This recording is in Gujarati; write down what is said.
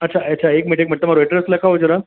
અચ્છા અચ્છા એક મિનિટ તમારું એડ્રેસ લખાઓ જરા